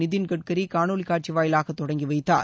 நிதின்கட்கரி காணொலிக் காட்சி வாயிலாக தொடங்கி வைத்தார்